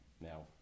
Now